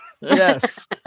Yes